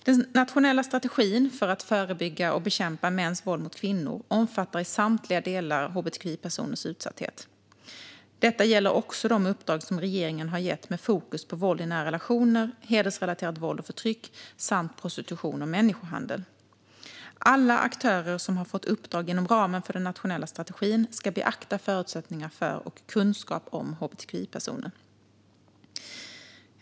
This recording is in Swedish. Den nationella strategin för att förebygga och bekämpa mäns våld mot kvinnor omfattar i samtliga delar hbtqi-personers utsatthet. Detta gäller också de uppdrag som regeringen har gett med fokus på våld i nära relationer, hedersrelaterat våld och förtryck samt prostitution och människohandel. Alla aktörer som har fått uppdrag inom ramen för den nationella strategin ska beakta förutsättningar för och kunskap om hbtqi-personer.